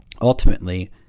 ultimately